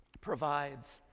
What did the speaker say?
provides